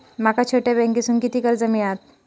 माका छोट्या बँकेतून किती कर्ज मिळात?